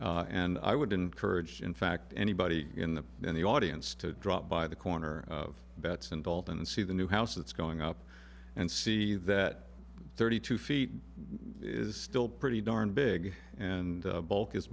and i would encourage in fact anybody in the in the audience to drop by the corner of bet's and dalton and see the new house that's going up and see that thirty two feet is still pretty darn big and bulky is